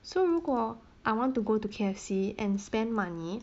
so 如果 I want to go to K_F_C and spend money